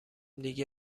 دیگه